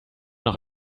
noch